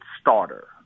starter